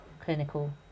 clinical